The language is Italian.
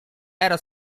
era